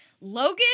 Logan